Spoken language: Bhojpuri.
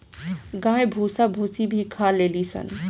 गाय भूसा भूसी भी खा लेली सन